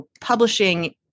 publishing